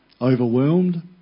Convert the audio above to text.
overwhelmed